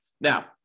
Now